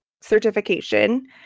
certification